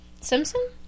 Simpson